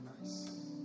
nice